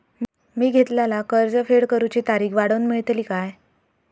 मी घेतलाला कर्ज फेड करूची तारिक वाढवन मेलतली काय?